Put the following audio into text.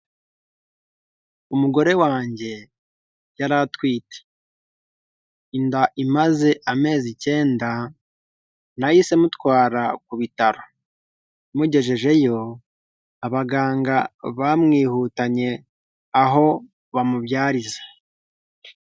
Umugore wanjye yari atwite, inda imaze amezi icyenda nahise mutwara ku bitaro, mugejejeyo abaganga bamwihutanye aho bamubyariza.